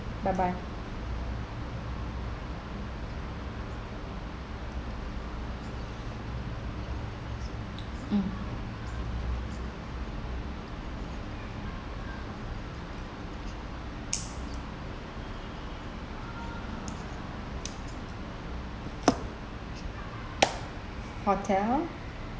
bye bye hmm hotel